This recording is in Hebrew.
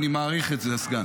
אני מעריך את זה, הסגן.